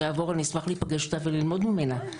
יעבור אני אשמח להיפגש איתה וללמוד ממנה.